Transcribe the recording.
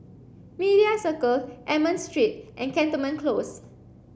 Media Circle Almond Street and Cantonment Close